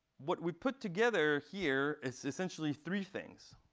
what we put together here is essentially three things.